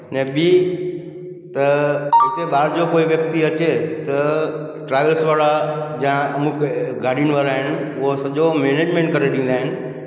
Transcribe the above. ऐं ॿी त ॿाहिर जो कोई व्यक्ती अचे त ट्रेवल्स वारा या मुके गाॾियुनि वारा आहिनि उहो सॼो मैनेजमेंट करे ॾींदा आहिनि